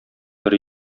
бер